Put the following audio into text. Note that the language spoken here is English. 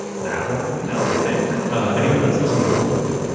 now we know i think anyway let's listen to a clip.